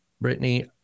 Brittany